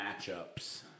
matchups